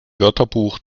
wörterbuch